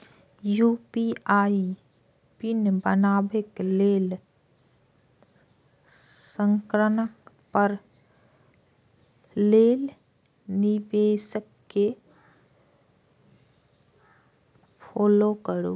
UPI PIN बनबै लेल screen पर देल निर्देश कें फॉलो करू